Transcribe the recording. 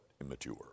immature